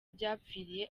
byapfiriye